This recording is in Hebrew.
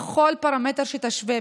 בכל פרמטר שתשווה,